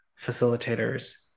facilitators